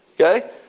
Okay